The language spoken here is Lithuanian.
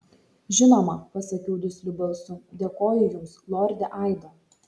žinoma pasakiau dusliu balsu dėkoju jums lorde aido